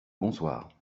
bonsoir